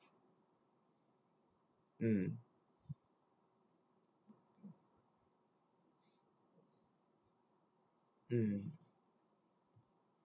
mm mm